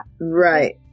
right